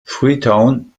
freetown